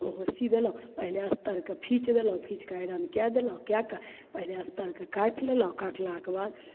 ओहो सी देलहुँ पहिले अस्तरके फीचि देलहुँ फीचिके आइरन कै देलहुँ ओ कै के पहिले अस्तरके काटि लेलहुँ काटलाके बाद तब